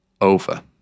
over